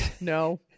no